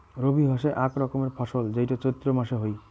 রবি হসে আক রকমের ফসল যেইটো চৈত্র মাসে হই